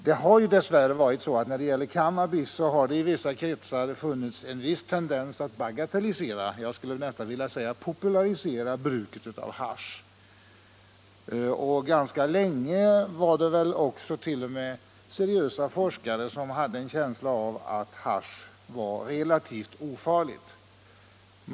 Det har tyvärr i vissa kretsar funnits en viss tendens att bagatellisera —- jag skulle nästan vilja säga popularisera — bruket av hasch. Ganska länge var det också t.o.m. seriösa forskare som hade en känsla av att hasch var relativt ofarligt.